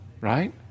right